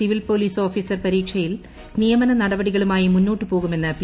civil police officer പരീക്ഷയിൽ ന് നിയമന നടപടികളുമായി മുന്നോട്ട് പോകുമെന്ന് പി